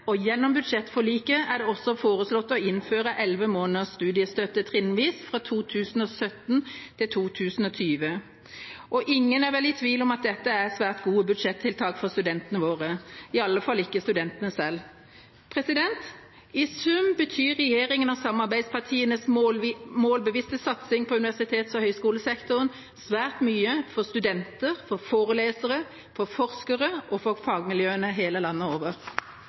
og gjennom budsjettforliket er det også foreslått å innføre elleve måneders studiestøtte trinnvis fra 2017 til 2020. Ingen er vel i tvil om at dette er svært gode budsjettiltak for studentene våre, i alle fall ikke studentene selv. I sum betyr regjeringa og samarbeidspartienes målbevisste satsing på universitets- og høyskolesektoren svært mye for studenter, forelesere, forskere og fagmiljøer over hele landet.